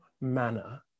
manner